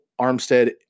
Armstead